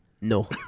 No